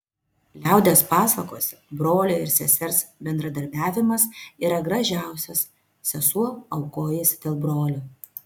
liaudies pasakose brolio ir sesers bendravimas yra gražiausias sesuo aukojasi dėl brolių